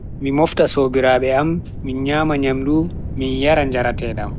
Mi mofta sobiraabe am, min nyama nyamdu, min yara njaratedam.